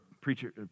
preacher